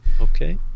Okay